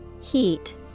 heat